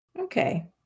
Okay